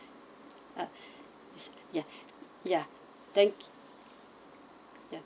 uh ya ya thank ya